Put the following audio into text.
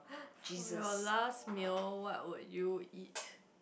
for you last meal what would you eat